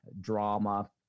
drama